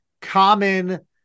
common